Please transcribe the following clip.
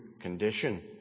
condition